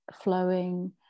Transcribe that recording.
flowing